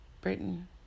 Britain